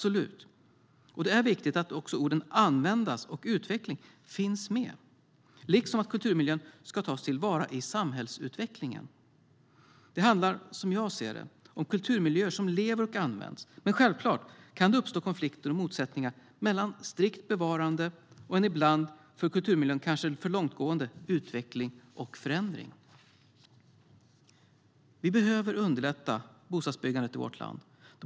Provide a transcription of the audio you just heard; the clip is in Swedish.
Och det är viktigt att också orden "användas" och "utveckling" finns med, liksom att kulturmiljön "ska tas tillvara i samhällsutvecklingen". Det handlar, som jag ser det, om kulturmiljöer som lever och används. Men självklart kan det uppstå konflikter och motsättningar mellan ett strikt bevarande och en ibland för kulturmiljön kanske för långtgående utveckling och förändring. Vi behöver underlätta bostadsbyggandet i vårt land.